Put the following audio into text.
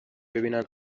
ببینن